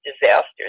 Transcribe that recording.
disasters